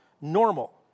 normal